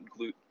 glute